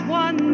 one